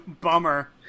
Bummer